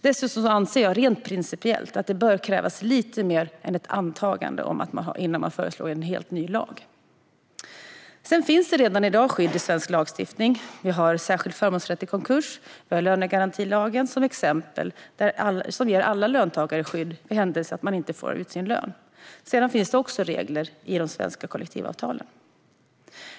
Jag anser även rent principiellt att det bör krävas lite mer än ett antagande innan man föreslår en helt ny lag. Det finns dessutom i dag skydd i svensk lagstiftning. Vi har till exempel särskild förmånsrätt vid konkurs och lönegarantilagen, som ger alla löntagare skydd vid den händelse att man inte får ut sin lön. Det finns också regler i de svenska kollektivavtalen.